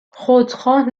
خودخواه